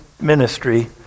ministry